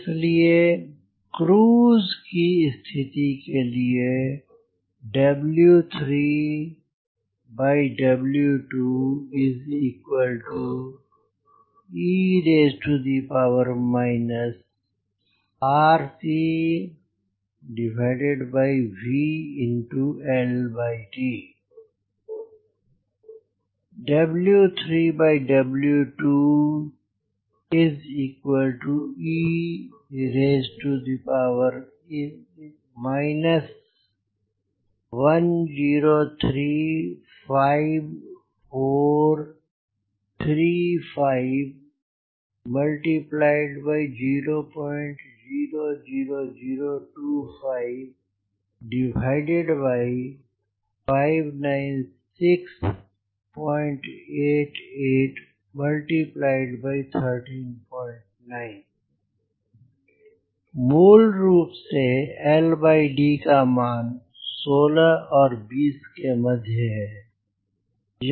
इसलिए क्रूज की स्थिति के लिए e RC V e 1035435 0 00025 59688 139 मूल रूप से का मान 16 से 20 के मध्य में है